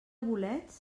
bolets